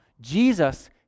Jesus